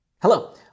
Hello